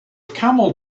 camel